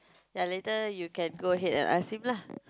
ya later you can go ahead and ask him lah